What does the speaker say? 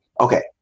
Okay